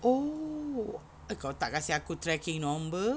oh kau tak kasi aku tracking number